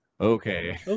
Okay